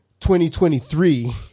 2023